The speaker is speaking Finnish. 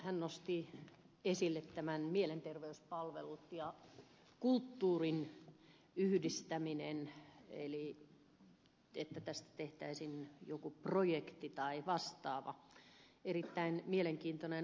kantola nosti esille mielenterveyspalvelujen ja kulttuurin yhdistämisen eli sen että tästä tehtäisiin jokin projekti tai vastaava erittäin mielenkiintoinen ajatus